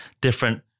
different